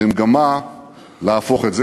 במגמה להפוך את זה.